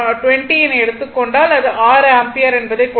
எனவே 12020 என எடுத்துக் கொண்டால் அது 6 ஆம்பியர் என்பதை கொடுக்கும்